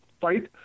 fight